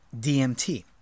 DMT